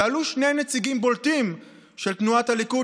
ועלו שני נציגים בולטים של תנועת הליכוד